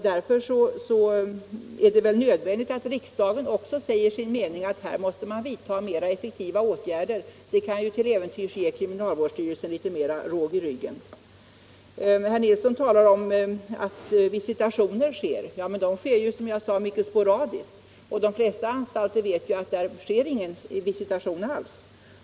Därför är det nödvändigt att riksdagen uttalar sin mening om att effektivare åtgärder måste vidtagas. Det kan till äventyrs ge kriminalvårdsstyrelsen litet mera råg i ryggen. Herr Nilsson talar sedan om att det görs visitationer. Ja, men det görs mycket sporadiskt. På de flesta anstalter görs troligen inga visitationer alls.